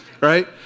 Right